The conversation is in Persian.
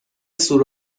سور